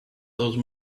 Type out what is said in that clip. those